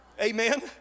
amen